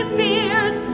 fears